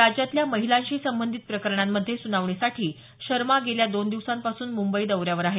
राज्यातल्या महिलांशी संबंधित प्रकरणांमध्ये सुनावणीसाठी शर्मा गेल्या दोन दिवसांपासून मुंबई दौऱ्यावर आहेत